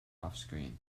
offscreen